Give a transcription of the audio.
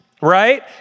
right